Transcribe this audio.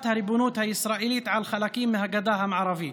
הריבונות הישראלית על חלקים מהגדה המערבית,